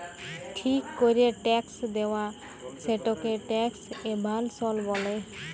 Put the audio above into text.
ঠিক ক্যরে ট্যাক্স দেয়লা, সেটকে ট্যাক্স এভাসল ব্যলে